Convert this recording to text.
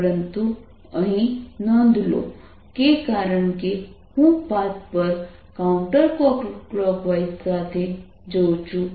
પરંતુ અહીં નોંધ લો કે કારણ કે હું પાથ પર કાઉન્ટર ક્લોકવાઇઝ સાથે જાઉં છું